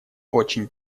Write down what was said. очень